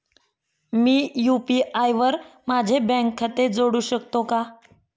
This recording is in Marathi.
मी यु.पी.आय वर माझे बँक खाते जोडू शकतो का?